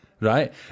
Right